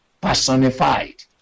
personified